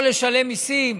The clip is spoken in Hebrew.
או לשלם מיסים